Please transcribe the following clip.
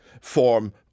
form